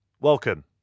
Welcome